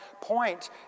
point